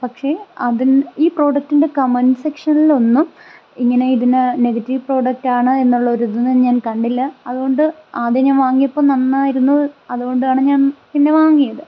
പക്ഷേ അതിന് ഈ പ്രോഡക്റ്റിൻ്റെ കമൻറ്റ് സെക്ഷനിൽ ഒന്നും ഇങ്ങനെ ഇതിന നെഗറ്റീവ് പ്രോഡക്റ്റ് ആണ് എന്നുള്ള ഒരു ഇതൊന്നും ഞാൻ കണ്ടില്ല അതുകൊണ്ട് ആദ്യം ഞാൻ വാങ്ങിയപ്പോൾ നന്നായിരുന്നു അതുകൊണ്ടാണ് ഞാൻ പിന്നെ വാങ്ങിയത്